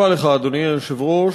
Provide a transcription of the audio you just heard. אדוני היושב-ראש,